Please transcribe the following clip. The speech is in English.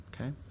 okay